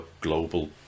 global